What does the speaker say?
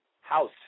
House